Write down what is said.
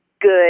good